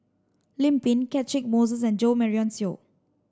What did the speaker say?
Lim Pin Catchick Moses and Jo Marion Seow